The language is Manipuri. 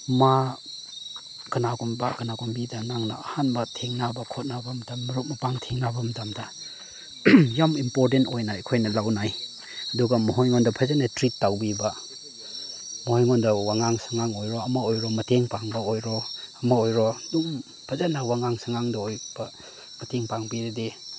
ꯃꯥ ꯀꯅꯥꯒꯨꯝꯕ ꯀꯅꯥꯒꯨꯝꯕꯤꯗ ꯅꯪꯅ ꯑꯍꯥꯟꯕ ꯊꯦꯡꯅꯕ ꯈꯣꯠꯅꯕ ꯃꯇꯝ ꯃꯔꯨꯞ ꯃꯄꯥꯡ ꯊꯦꯡꯅꯕ ꯃꯇꯝꯗ ꯌꯥꯝ ꯏꯝꯄꯣꯔꯇꯦꯟ ꯑꯣꯏꯅ ꯑꯩꯈꯣꯏꯅ ꯂꯧꯅꯩ ꯑꯗꯨꯒ ꯃꯣꯏ ꯑꯩꯉꯣꯟꯗ ꯐꯖꯅ ꯇ꯭ꯔꯤꯠ ꯇꯧꯕꯤꯕ ꯃꯣꯏ ꯑꯩꯉꯣꯟꯗ ꯋꯥꯉꯥꯡ ꯁꯉꯥꯡ ꯑꯣꯏꯔꯣ ꯑꯃ ꯑꯣꯏꯔꯣ ꯃꯇꯦꯡ ꯄꯥꯡꯕ ꯑꯣꯏꯔꯣ ꯑꯃ ꯑꯣꯏꯔꯣ ꯑꯗꯨꯝ ꯐꯖꯅ ꯋꯥꯉꯥꯡ ꯁꯉꯥꯡꯗ ꯑꯣꯏꯕ ꯃꯇꯦꯡ ꯄꯥꯡꯕꯤꯔꯗꯤ